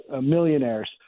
millionaires